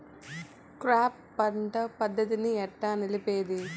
Crop పంట పద్ధతిని ఎట్లా నిలిపేది?